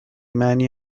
معنی